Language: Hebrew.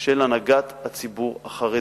של הנהגת הציבור החרדי.